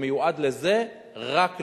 זה מיועד לזה, רק לזה.